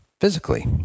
physically